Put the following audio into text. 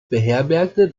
beherbergte